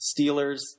Steelers